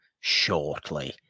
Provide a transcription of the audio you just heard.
shortly